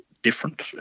different